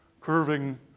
curving